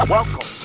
Welcome